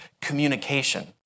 communication